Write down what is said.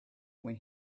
when